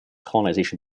colonization